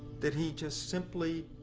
that he just simply